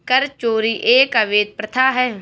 कर चोरी एक अवैध प्रथा है